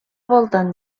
voltant